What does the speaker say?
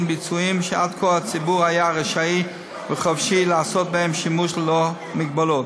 ביצועים שעד כה הציבור היה רשאי וחופשי לעשות בהם שימוש ללא מגבלות.